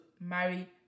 marry